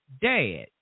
dad